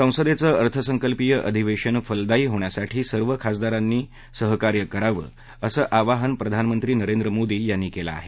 संसदेचं अर्थसंकल्पीय अधिवेशन फलदायी होण्यासाठी सर्व खासदारांनी सुनिश्वित कराव असं आवाहन प्रधानमंत्री नरेंद्र मोदी यांनी केलं आहे